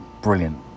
brilliant